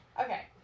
Okay